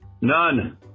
None